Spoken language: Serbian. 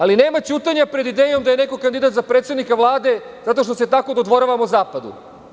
Ali, nema ćutanja pred idejom da je neko kandidat za predsednika Vlade, zato što se tako dodvoravamo zapadu.